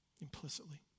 implicitly